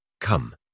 Come